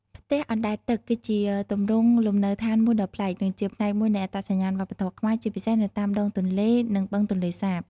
ផ្ទះអណ្ដែតទឹក គឺជាទម្រង់លំនៅឋានមួយដ៏ប្លែក និងជាផ្នែកមួយនៃអត្តសញ្ញាណវប្បធម៌ខ្មែរ ជាពិសេសនៅតាមដងទន្លេ និងបឹងទន្លេសាប។